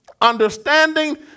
Understanding